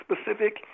specific